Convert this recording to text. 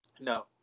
No